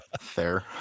Fair